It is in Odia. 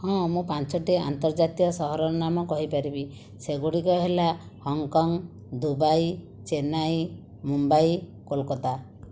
ହଁ ମୁଁ ପାଞ୍ଚଟି ଆନ୍ତର୍ଜାତିୟ ସହରର ନାମ କହିପାରିବି ସେଗୁଡ଼ିକ ହେଲା ହଂକଂ ଦୁବାଇ ଚେନ୍ନାଇ ମୁମ୍ବାଇ କୋଲକତା